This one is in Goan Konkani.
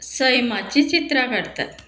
सैमाचीं चित्रां काडतात